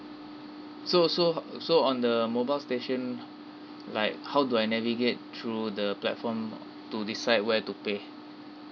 so so uh so on the mobile station like how do I navigate through the platform to decide where to pay